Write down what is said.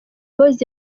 boyz